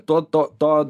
to to to